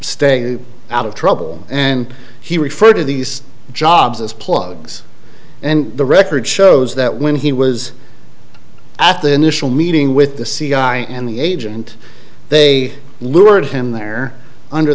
stay out of trouble and he referred to these jobs as plugs and the record shows that when he was after the initial meeting with the cia and the agent they lured him there under